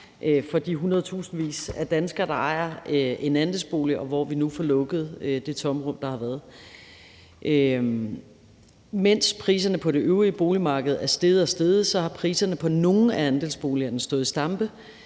for de hundredtusindvis af danskere, der ejer en andelsbolig, og hvor vi nu får lukket det tomrum, der har været. Mens priserne på det øvrige boligmarked er steget og steget, har priserne på nogle af andelsboligerne stået i stampe,